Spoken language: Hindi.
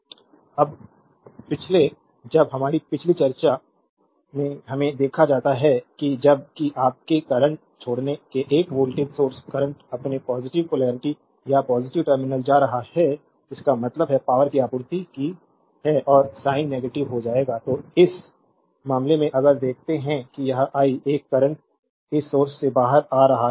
स्लाइड टाइम देखें 2046 अब पिछले जब हमारी पिछली चर्चा हमें देखा जाता है कि जब कि आपके करंट छोड़ने के एक वोल्टेज सोर्स करंट अपने पॉजिटिव पोलेरिटी या पॉजिटिव टर्मिनल जा रहा है इसका मतलब है पावरकी आपूर्ति की है और साइन नेगेटिव हो जाएगा तो इस मामले में अगर देखते हैं कि यह आई 1 करंट इस सोर्स से बाहर आ रहा है